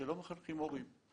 שלא מחלקים הורים,